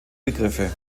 begriffe